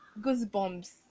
goosebumps